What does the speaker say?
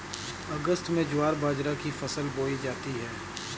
अगस्त में ज्वार बाजरा की फसल बोई जाती हैं